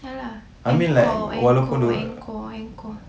ya lah encore encore encore encore